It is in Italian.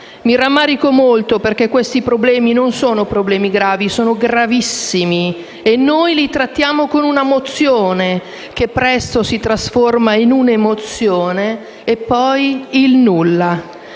Mi rammarico molto, perché questi problemi non sono solo gravi, ma gravissimi e noi li trattiamo con una mozione, che presto si trasformerà in un'emozione e, poi, il nulla.